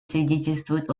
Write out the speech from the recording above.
свидетельствует